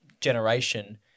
generation